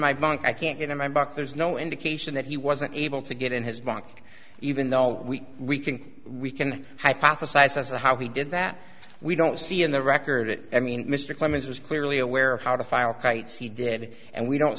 my bunk i can't get on my back there's no indication that he wasn't able to get in his bunk even though we we can we can hypothesize as to how he did that we don't see in the record it i mean mr clemens was clearly aware of how to file rights he did and we don't